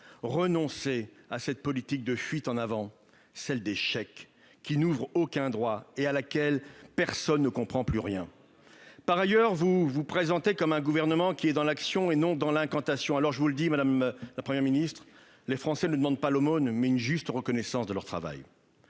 renoncez à cette politique de fuite en avant, celle des chèques qui n'ouvrent aucun droit, à laquelle personne ne comprend plus rien ! Vous vous présentez comme un gouvernement qui est dans l'action et non dans l'incantation. Je vous le dis, madame la Première ministre : les Français demandent non pas l'aumône, mais une juste reconnaissance de leur travail.